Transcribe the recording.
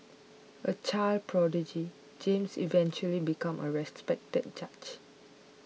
a child prodigy James eventually became a respected judge